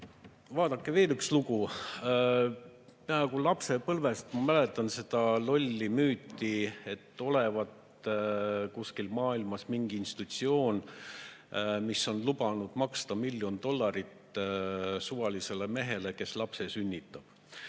Vaadake, veel üks lugu. Peaaegu lapsepõlvest ma mäletan seda lolli müüti, et olevat kuskil maailmas mingi institutsioon, mis on lubanud maksta miljon dollarit suvalisele mehele, kes lapse sünnitab.